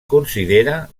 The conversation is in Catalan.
considera